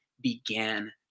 began